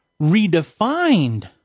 redefined